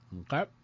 okay